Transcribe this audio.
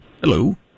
Hello